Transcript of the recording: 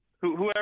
whoever